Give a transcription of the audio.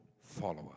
follower